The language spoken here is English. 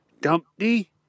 dumpty